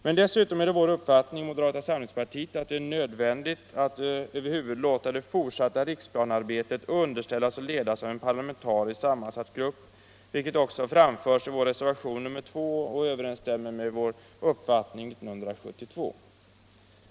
Men dessutom är det vår uppfattning i moderata samlingspartiet att det är nödvändigt att över huvud taget låta det fortsatta riksplaneringsarbetet underställas och ledas av en parlamentariskt sammansatt grupp. Detta framhåller vi i vår reservation nr 2, och det överensstämmer med vår uppfattning i riksplanedebatten 1972.